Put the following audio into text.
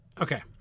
Okay